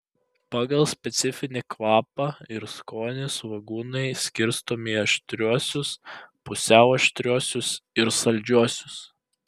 pagal specifinį kvapą ir skonį svogūnai skirstomi į aštriuosius pusiau aštriuosius ir saldžiuosius